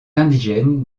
indigène